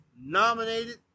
nominated